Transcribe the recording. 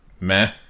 Meh